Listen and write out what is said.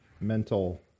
mental